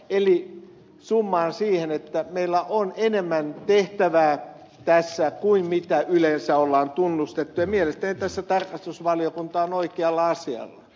eli summaan siihen että meillä on enemmän tehtävää tässä kuin yleensä on tunnustettu ja mielestäni tässä tarkastusvaliokunta on oikealla asialla